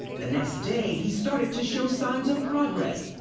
the next day he started to show signs of progress.